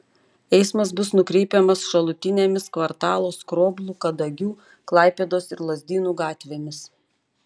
eismas bus nukreipiamas šalutinėmis kvartalo skroblų kadagių klaipėdos ir lazdynų gatvėmis